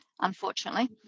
unfortunately